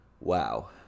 Wow